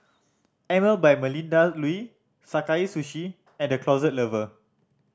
Emel by Melinda Looi Sakae Sushi and The Closet Lover